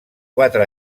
quatre